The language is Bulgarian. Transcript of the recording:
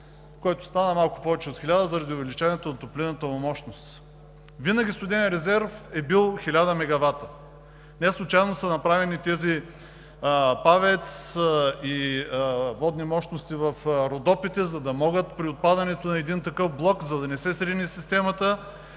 който стана малко повече от 1000 заради увеличението на топлинната му мощност. Винаги студеният резерв е бил 1000 мегавата. Неслучайно са направени тези ПАВЕЦ и водни мощности в Родопите, за да могат при отпадането на един такъв блок, за да не се срине системата,